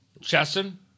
Chesson